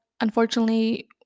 unfortunately